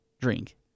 drink